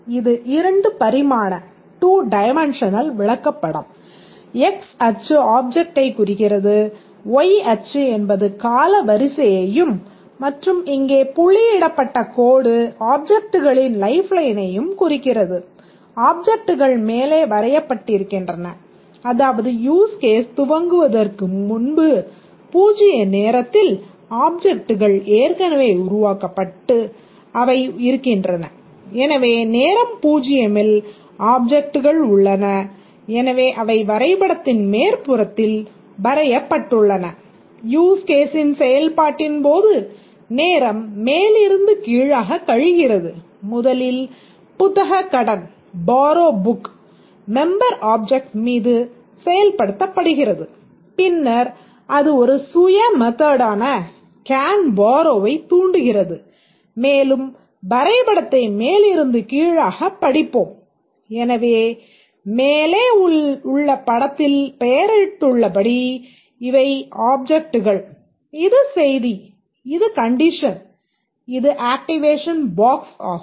இது 2 பரிமாண இவை ஆப்ஜெக்ட்கள் இது செய்தி இது கண்டிஷன் இது ஆக்டிவேஷன் பாக்ஸ் ஆகும்